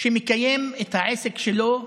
שמקיים את העסק שלו בכבוד,